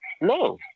No